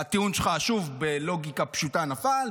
הטיעון שלך, שוב, בלוגיקה פשוטה, נפל.